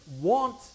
want